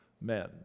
men